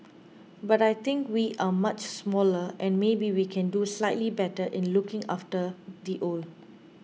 but I think we are much smaller and maybe we can do slightly better in looking after the old